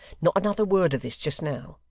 not another word of this just now,